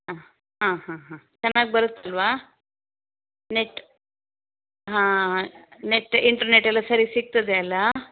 ಹಾಂ ಹಾಂ ಹಾಂ ಚೆನ್ನಾಗಿ ಬರುತ್ತಲ್ವಾ ನೆಟ್ ಹಾಂ ನೆಟ್ ಇಂಟರ್ನೆಟ್ ಎಲ್ಲ ಸರಿ ಸಿಗ್ತದೆ ಅಲ್ಲಾ